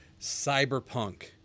Cyberpunk